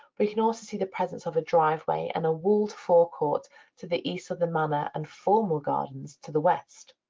we can also see the presence of a driveway and a walled forecourt to the east of the manor and formal gardens to the west.